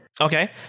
Okay